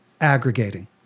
aggregating